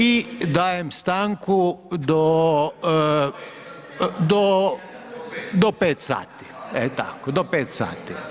I dajem stanku do 5 sati, e tako, do 5 sati,